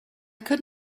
could